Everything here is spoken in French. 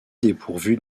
dépourvus